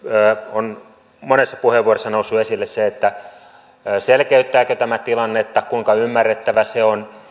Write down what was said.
on monessa puheenvuorossa noussut esille se että selkeyttääkö tämä tilannetta ja kuinka ymmärrettävä se on